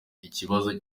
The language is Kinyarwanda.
ibibazo